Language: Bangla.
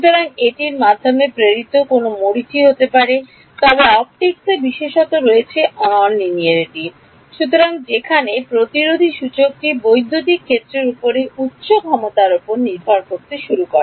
সুতরাং এটির মাধ্যমে প্রেরিত কোনও মরীচি হতে পারে তবে অপটিকসে বিশেষত রয়েছে অ লিনিয়ারিটি সুতরাং যেখানে প্রতিরোধী সূচকটি বৈদ্যুতিক ক্ষেত্রের উপরের উচ্চ ক্ষমতার উপর নির্ভর করতে শুরু করে